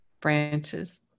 branches